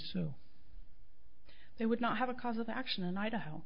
sue they would not have a cause of action and idaho